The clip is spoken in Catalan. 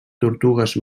tortugues